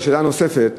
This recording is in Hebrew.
והשאלה הנוספת,